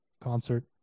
concert